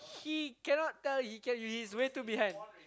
he cannot tell he can he's way too behind